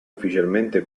ufficialmente